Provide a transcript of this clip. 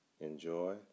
enjoy